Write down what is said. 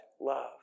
love